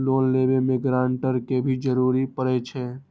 Loan लेबे में guarantor के भी जरूरी परे छै?